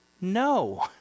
no